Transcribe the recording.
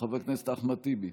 חבר הכנסת אחמד טיבי.